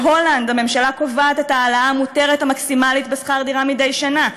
בהולנד הממשלה קובעת את ההעלאה המקסימלית המותרת בשכר-הדירה מדי שנה,